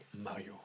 Mario